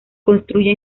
construye